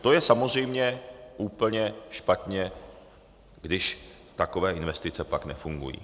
To je samozřejmě úplně špatně, když takové investice pak nefungují.